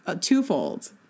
twofold